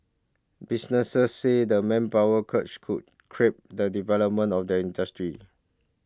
businesses said the manpower crunch could crimp the development of the industry